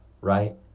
right